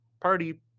party